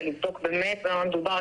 ולבדוק באמת במה מדובר,